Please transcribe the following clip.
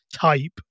type